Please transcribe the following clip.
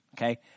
Okay